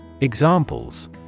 Examples